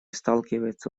сталкивается